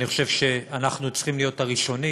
אני חושב שאנחנו צריכים להיות הראשונים